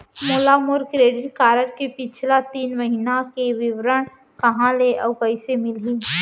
मोला मोर credit card के पिछला तीन महीना के विवरण कहाँ ले अऊ कइसे मिलही?